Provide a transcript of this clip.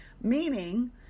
meaning